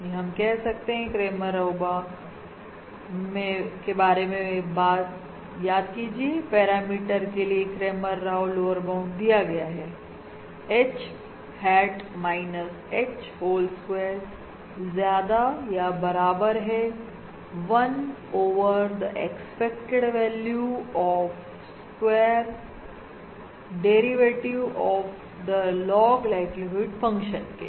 यह हम कह सकते हैं क्रेमर राउंड के बारे में याद कीजिए पैरामीटर के लिए क्रेमर राव लोअर बाउंड दिया गया है H hat minus H whole square ज्यादा या बराबर है 1 over the expected value of square फॉक्स derivative of the log likelihood function के